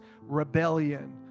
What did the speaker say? rebellion